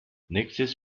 nächstes